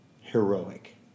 heroic